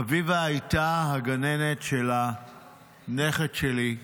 אביבה הייתה הגננת של הנכד שלי.